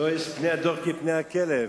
לא, יש פני הדור כפני הכלב.